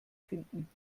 finden